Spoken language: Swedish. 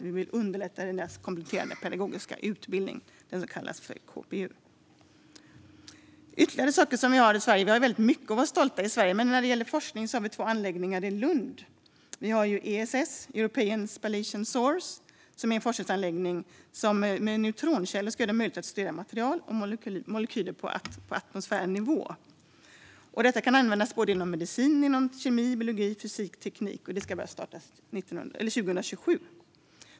Vi vill underlätta deras kompletterande pedagogiska utbildning. Den kallas för KPU. Vi har väldigt mycket att vara stolta över i Sverige. När det gäller forskning har vi två anläggningar i Lund. Vi har ESS, European Spallation Source. Det är en forskningsanläggning som med neutronkällor gör det möjligt att studera material på molekylär och atomär nivå. Detta kan användas inom medicin, kemi, biologi, fysik och teknik. Det ska starta 2027.